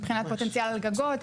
מבחינת פוטנציאל גגות,